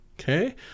okay